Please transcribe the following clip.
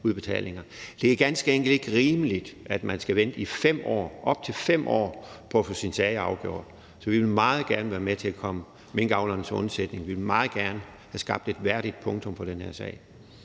Det er ganske enkelt ikke rimeligt, at man skal vente i 5 år – op til 5 år – på at få sine sager afgjort. Så vi vil meget gerne være med til at komme minkavlerne til undsætning. Vi vil meget gerne have sat et værdigt punktum for den her sag.